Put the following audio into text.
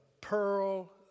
pearl